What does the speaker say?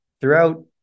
throughout